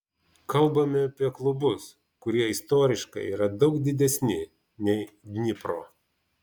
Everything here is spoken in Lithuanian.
kalbame apie klubus kurie istoriškai yra daug didesni nei dnipro